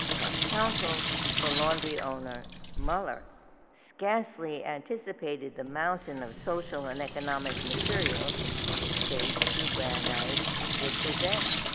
now council for laundry owner muller scarcely anticipated the mountain of social and economic material the state through brandeis would present,